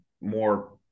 more